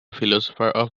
philosopher